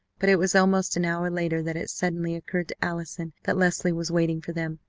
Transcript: but it was almost an hour later that it suddenly occurred to allison that leslie was waiting for them,